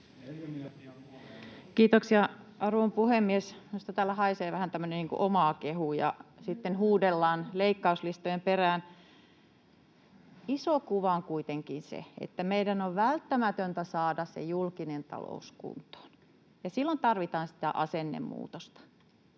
Kiitoksia, arvon puhemies! Minusta täällä haisee vähän tämmöinen niin kuin omakehu, ja sitten huudellaan leikkauslistojen perään. Iso kuva on kuitenkin se, että meidän on välttämätöntä saada se julkinen talous kuntoon, ja silloin tarvitaan sitä asennemuutosta.